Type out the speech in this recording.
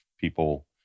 People